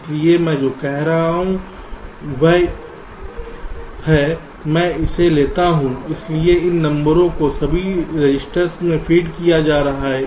इसलिए मैं जो कह रहा हूं वह है मैं इसे लेता हूं इसलिए इन नंबरों को सभी रेसिस्टर्स में फीड किया जा रहा है